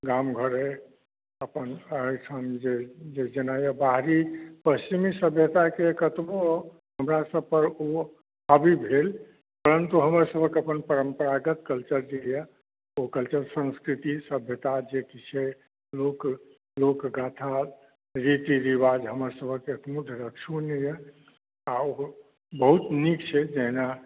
गाम घर अइ अपना अहिठाम जे जेना बाहरी पश्चिमी सभ्यताके कतबो हमरासभ पर हाबी भेल परन्तु हमरसभक अपन परम्परागत कल्चर जे यऽ ओ कल्चर संस्कृति सभ्यता जेकि छै लोकगाथा रीतिरिवाज हमरसभक अखनहुँ धरि अक्षुण्ण यऽ आ ओ बहुत नीक छै